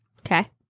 Okay